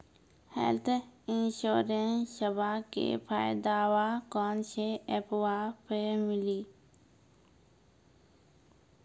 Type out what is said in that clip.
Health इंश्योरेंसबा के फायदावा कौन से ऐपवा पे मिली?